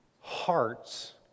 hearts